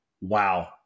wow